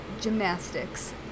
gymnastics